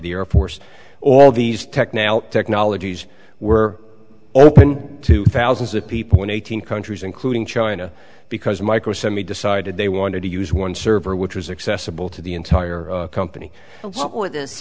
the air force all these tech now technologies were open to thousands of people in eighteen countries including china because micro semi decided they wanted to use one server which was accessible to the entire company